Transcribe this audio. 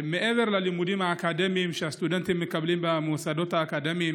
מעבר ללימודים האקדמיים שהסטודנטים מקבלים במוסדות האקדמיים,